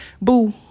boo